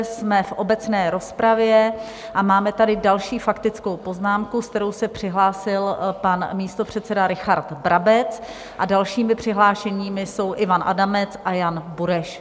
Jsme v obecné rozpravě a máme tady další faktickou poznámku, se kterou se přihlásil pan místopředseda Richard Brabec, a dalšími přihlášenými jsou Ivan Adamec a Jan Bureš.